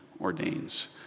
ordains